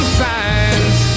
signs